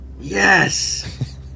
Yes